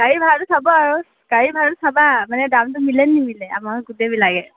গাড়ী ভাড়াটো চাব আৰু গাড়ী ভাড়াটো চাবা মানে দামটো মিলেনে নিমিলে আমাৰ গোটেইবিলাকে